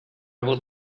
would